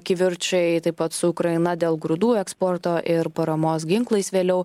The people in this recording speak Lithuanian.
kivirčai taip pat su ukraina dėl grūdų eksporto ir paramos ginklais vėliau